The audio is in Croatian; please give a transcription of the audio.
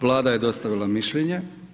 Vlada je dostavila mišljenje.